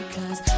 Cause